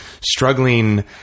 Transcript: struggling